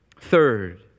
Third